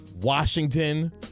Washington